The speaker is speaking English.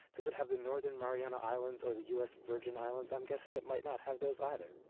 does it have the northern mariana islands or the u s. virgin islands? i'm guessing it might not have those, either.